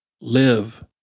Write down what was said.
live